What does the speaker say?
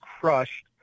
crushed